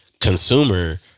consumer